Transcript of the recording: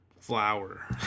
flower